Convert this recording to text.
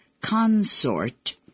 consort